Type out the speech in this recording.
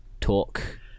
Talk